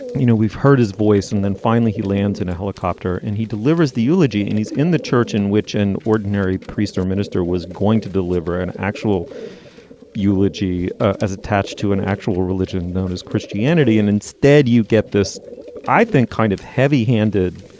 you know we've heard his voice and then finally he lands in a helicopter and he delivers the eulogy and he's in the church in which an ordinary priest or minister was going to deliver an actual eulogy as attached to an actual religion known as christianity and instead you get this i think kind of heavy handed